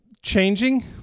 changing